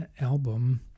album